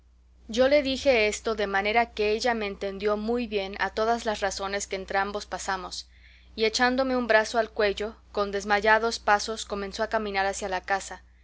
yo le dije esto de manera que ella me entendió muy bien a todas las razones que entrambos pasamos y echándome un brazo al cuello con desmayados pasos comenzó a caminar hacia la casa